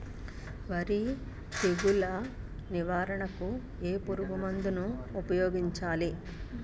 వరి తెగుల నివారణకు ఏ పురుగు మందు ను ఊపాయోగించలి?